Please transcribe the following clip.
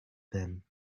them